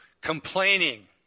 complaining